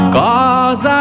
cause